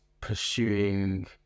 pursuing